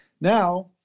Now